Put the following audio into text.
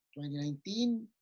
2019